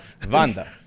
vanda